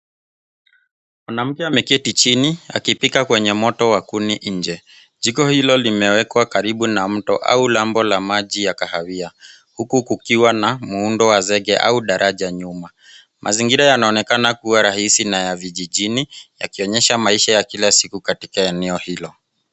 Mwanamke ameketi jini akipika kwenye moto wa kuni nje. Jiko hilo limewekwa karibu na mto au lambo ya maji ya kahawia huku kukiwa na muundo wa sege au daraja nyuma. Mazingira yanaonekana kuwa rahizi na ya vijijini yakionyesha maisha ya kila siku katika eneo hilo.